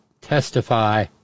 testify